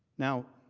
now,